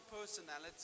personality